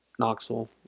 Knoxville